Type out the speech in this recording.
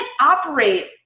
operate